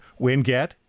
Winget